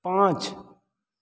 पाँच